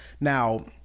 Now